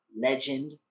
legend